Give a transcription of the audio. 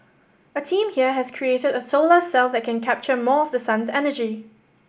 a team here has created a solar cell that can capture more of the sun's energy